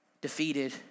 defeated